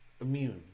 immune